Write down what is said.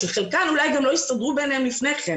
חלקם אולי גם לא הסתדרו לפני כן